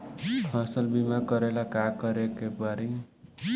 फसल बिमा करेला का करेके पारी?